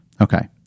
okay